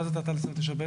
מה זה תת"ל 29(ב)?